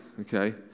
okay